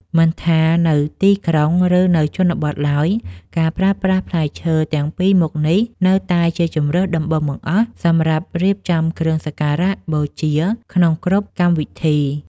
មិនថានៅទីក្រុង ឬនៅជនបទឡើយការប្រើប្រាស់ផ្លែឈើទាំងពីរមុខនេះ នៅតែជាជម្រើសដំបូងបង្អស់សម្រាប់រៀបចំគ្រឿងសក្ការបូជាក្នុងគ្រប់កម្មវិធី។